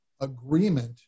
agreement